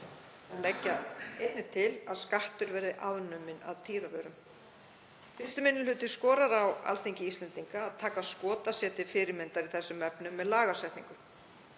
Þær leggja einnig til að skattur verði afnuminn af tíðavörum. 1. minni hluti skorar á Alþingi Íslendinga að taka Skota sé til fyrirmyndar í þessum efnum með lagasetningu.